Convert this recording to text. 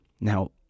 Now